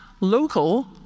Local